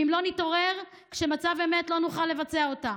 ואם לא נתעורר במצב אמת לא נוכל לבצע אותה.